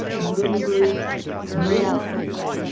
no rest, no peace.